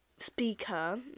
speaker